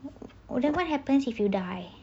then what happens if you die